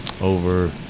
over